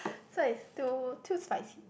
so it's still too spicy